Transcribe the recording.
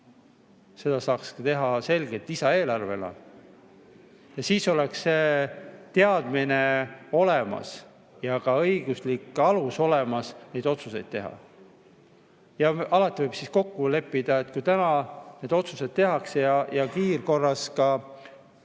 Seda saaks teha selgelt lisaeelarvena. Siis oleks see teadmine olemas ja ka õiguslik alus olemas neid otsuseid teha. Alati võib kokku leppida, et kui täna need otsused tehakse ja kiirkorras ka